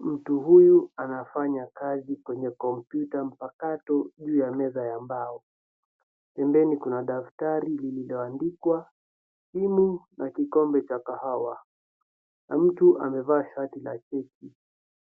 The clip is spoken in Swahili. Mtu huyu anafanya kazi kwenye kompyuta mpakato juu ya meza ya mbao. Pembeni kuna daftari lililoandikwa timu na kikombe cha kahawa na mtu amevaa shati la chelsea.